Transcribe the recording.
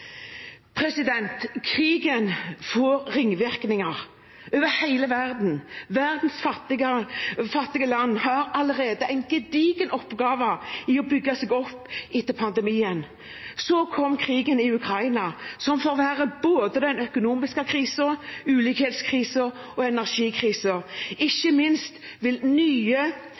Krigen får ringvirkninger over hele verden. Verdens fattige land har allerede en gedigen oppgave i å bygge seg opp etter pandemien. Så kom krigen i Ukraina, som forverrer både den økonomiske krisen, ulikhetskrisen og energikrisen. Ikke minst vil den drive nye